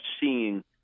seeing